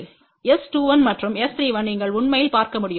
S21மற்றும் S31நீங்கள் உண்மையில் பார்க்க முடியும் 3